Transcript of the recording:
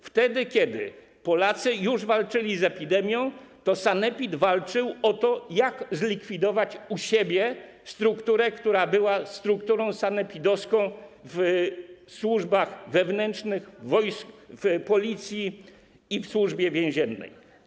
Wtedy kiedy Polacy już walczyli z epidemią, to sanepid walczył o to, jak zlikwidować u siebie strukturę, która była strukturą sanepidowską, w służbach wewnętrznych, w Policji i w Służbie Więziennej.